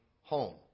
home